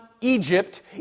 Egypt